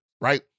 right